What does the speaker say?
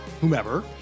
whomever